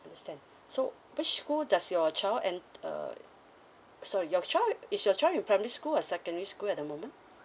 understand so which school does your child and err sorry your child is your child in primary school or secondary school at the moment